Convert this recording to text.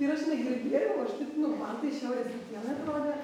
ir aš negirdėjau aš taip nu man tai šiaurės atėnai atrodė